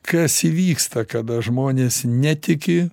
kas įvyksta kada žmonės netiki